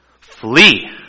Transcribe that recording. flee